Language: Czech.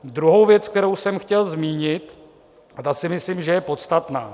Druhou věc, kterou jsem chtěl zmínit, a ta si myslím, že je podstatná.